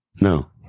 No